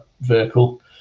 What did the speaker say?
vehicle